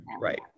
right